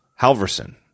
Halverson